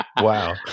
Wow